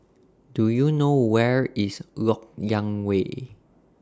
Do YOU know Where IS Lok Yang Way